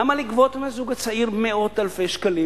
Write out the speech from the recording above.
למה לגבות מהזוג הצעיר מאות אלפי שקלים